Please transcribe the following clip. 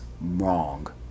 wrong